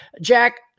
Jack